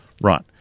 Right